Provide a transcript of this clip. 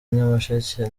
nyamasheke